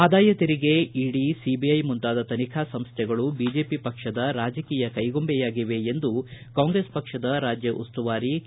ಆದಾಯ ತೆರಿಗೆ ED CBI ಮುಂತಾದ ತನಿಖಾ ಸಂಸ್ಥೆಗಳು ಬಿಜೆಪಿ ಪಕ್ಷದ ರಾಜಕೀಯ ಕೈಗೊಂಬೆಯಾಗಿವೆ ಎಂದು ಕಾಂಗ್ರೆಸ್ ಪಕ್ಷದ ರಾಜ್ಯ ಉಸ್ತುವಾರಿ ಕೆ